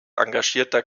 engagierter